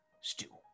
stew